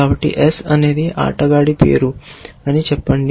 కాబట్టి S అనేది ఆటగాడి పేరు అని చెప్పండి